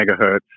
megahertz